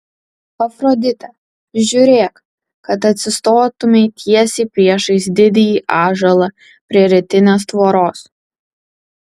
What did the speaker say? afrodite žiūrėk kad atsistotumei tiesiai priešais didįjį ąžuolą prie rytinės tvoros